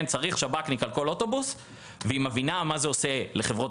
שב"כניק על כל אוטובוס והיא מבינה מה זה עושה לחברות